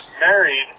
married